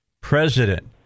President